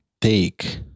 take